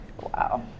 Wow